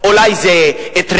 אולי זה טריק.